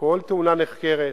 כל תאונה נחקרת,